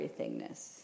everythingness